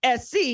SC